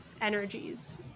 energies